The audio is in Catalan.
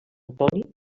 antoni